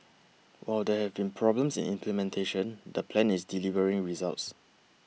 while there have been problems in implementation the plan is delivering results